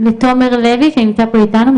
לתומר לוי, שנמצא פה אתנו.